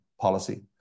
policy